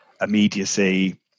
immediacy